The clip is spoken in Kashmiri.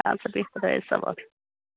اَدٕ سا بیٚہہ خدایَس حَوال